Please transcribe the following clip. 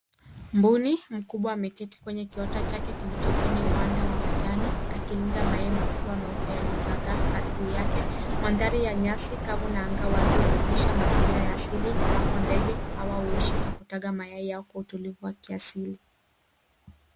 Mbuni mkubwa ameketi kwenye kiota chake kilicho kwenye uwanda wa majani akilinda mayai makubwa meupe yaliyosagaaa karibu yake. Mandhari ya nyasi kavu na anga wazi hualonyesha mazingira ya asili ambako ndege hawa kuishi na kuteaga mayai yao kwa utulivu wa kiasili.